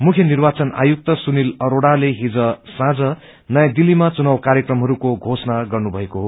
मुख्य निर्वाचन आयुक्त सुनील अरोडाले हिज साँझ नयाँ दिल्लीमा चुनाव क्र्ययक्रमहरूको घोषण गर्नुथएको हो